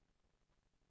התשע"ה 2015,